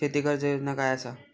शेती कर्ज योजना काय असा?